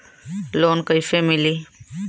Loan कइसे मिलि?